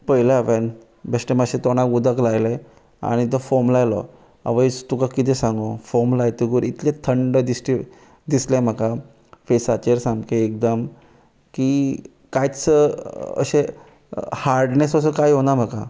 पयलें हांवें बिश्टें मातशें तोंडाक उदक लायलें आनी तो फोम लायलो आवयस तुका कितें सांगूं फोम लायतकच इतलें थंड दिसलें म्हाका फेसाचेर सामकें एकदम की कांयच अशें हार्डनस असो कांय येवुना म्हाका